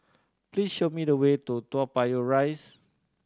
please show me the way to Toa Payoh Rise